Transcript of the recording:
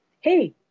Hey